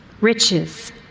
Riches